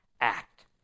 act